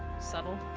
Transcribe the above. subtle.